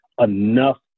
enough